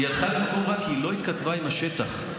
כי היא לא התכתבה עם השטח.